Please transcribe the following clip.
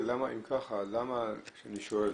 אם ככה למה כשאני שואל,